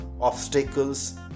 obstacles